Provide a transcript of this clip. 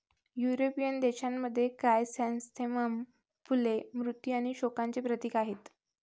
European देशांमध्ये, chrysanthemum फुले मृत्यू आणि शोकांचे प्रतीक आहेत